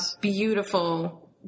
beautiful